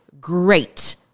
great